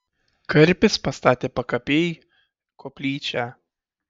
karpis pastatė pakapėj koplyčią